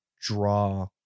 draw